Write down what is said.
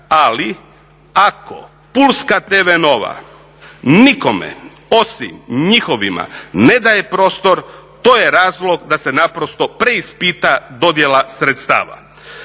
ali ako pulska TV Nova nikome osim njihovima ne daje prostor, to je razlog da se naprosto preispita dodjela sredstava.